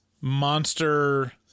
monster